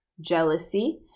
jealousy